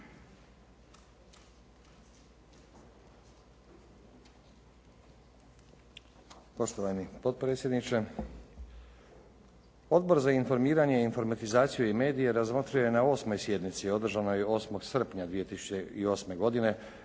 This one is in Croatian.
Odbor za informiranje, informatizaciju i medije razmotrio je na 8. sjednici održanoj 8. srpnja 2008. godine